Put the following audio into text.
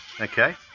Okay